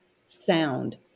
sound